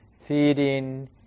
feeding